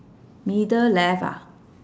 middle left ah